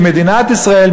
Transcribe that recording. אם מדינת ישראל,